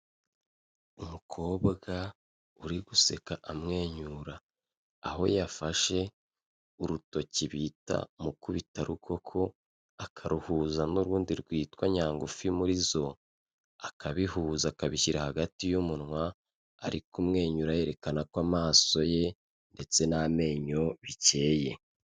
Umukobwa uri guseka amwenyura, aho yafashe urutoki bita mukubitarukoko akaruhuza n'urundi rwitwa nyangufi muri zo, akabihuza akabishyira hagati y'umunwa ari kumwenyura yerekana ko amaso ye ndetse n'amenyo bikeye.